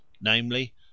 namely